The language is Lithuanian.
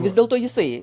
vis dėlto jisai